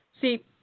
See